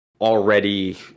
already